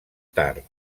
tard